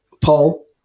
Paul